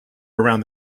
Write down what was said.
around